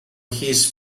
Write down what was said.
his